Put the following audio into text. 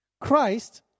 Christ